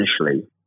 initially